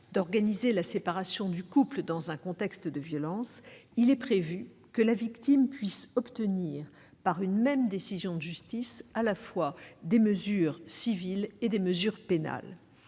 d'organiser la séparation du couple dans un contexte de violences, il est prévu que la victime puisse obtenir, par une même décision de justice, des mesures à la fois civiles et pénales